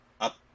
up